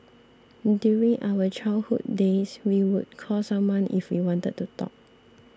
during our childhood days we would call someone if we wanted to talk